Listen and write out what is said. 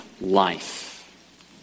life